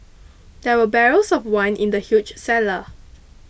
there were barrels of wine in the huge cellar